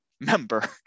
member